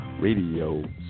Radio